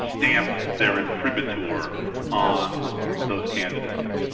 stamped their imprimatur on those candidacies.